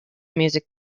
music